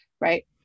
right